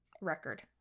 record